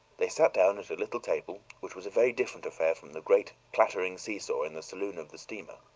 they sat down at a little table, which was a very different affair from the great clattering seesaw in the saloon of the steamer.